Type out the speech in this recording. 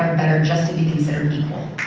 better just to be considered equal.